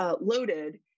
loaded